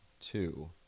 two